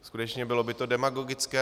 Skutečně, bylo by to demagogické.